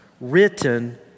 Written